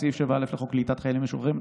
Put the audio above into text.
7. סעיף 7א לחוק קליטת חיילים משוחררים,